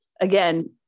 Again